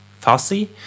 fussy